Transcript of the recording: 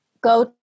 go